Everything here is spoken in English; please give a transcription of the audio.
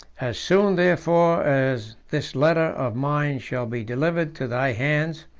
as soon therefore as this letter of mine shall be delivered to thy hands,